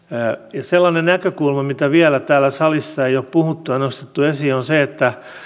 ja sellainen näkökulma mistä täällä salissa ei ole vielä puhuttu ja mitä ei ole nostettu esiin on se että